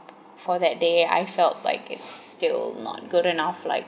for that day I felt like it's still not good enough like